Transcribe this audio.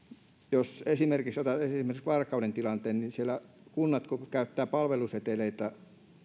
jos otan esimerkiksi varkauden tilanteen niin siellä kunnat kun käyttävät palveluseteleitä